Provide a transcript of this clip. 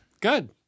Good